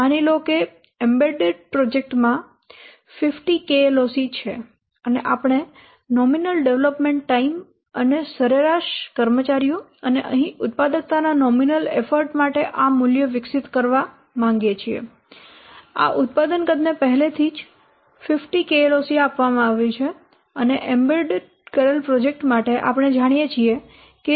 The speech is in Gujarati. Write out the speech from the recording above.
માની લો કે એમ્બેડ કરેલા પ્રોજેક્ટમાં 50 KLOC છે અને આપણે નોમિનલ ડેવલપમેન્ટ ટાઈમ અને સરેરાશ કર્મચારીઓ અને અહીં ઉત્પાદકતાના નોમિનલ એફર્ટ માટે આ મૂલ્ય વિકસિત કરવા માગીએ છીએ આ ઉત્પાદન કદને પહેલેથી જ 50 KLOC આપવામાં આવી છે અને એમ્બેડ કરેલ પ્રોજેક્ટ માટે આપણે જાણીએ છીએ કે c ની વેલ્યુ 3